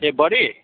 A body